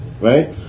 right